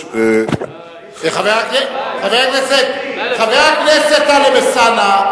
חבר הכנסת טלב אלסאנע.